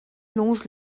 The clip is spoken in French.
longe